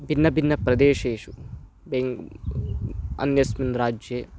भिन्नभिन्नप्रदेशेषु बेङ्ग् अन्यस्मिन् राज्ये